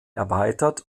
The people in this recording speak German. erweitert